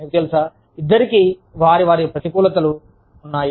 మీకు తెలుసా ఇద్దరికీ వారి వారి ప్రతికూలతలు అనుకూలతలు ఉన్నాయి